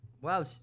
wow